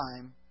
time